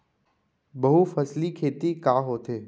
बहुफसली खेती का होथे?